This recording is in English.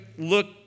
Look